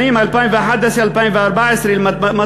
מיום 13 בפברואר 2011, לשנים 2011 2014, מטרתה,